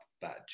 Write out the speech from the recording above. badge